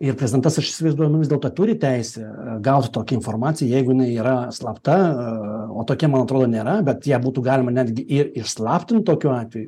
ir prezidentas aš įsivaizduoju nu vis dėlto turi teisę gauti tokią informaciją jeigu jinai yra slapta o tokia man atrodo nėra bet ją būtų galima netgi ir išslaptint tokiu atveju